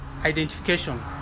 identification